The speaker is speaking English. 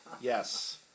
yes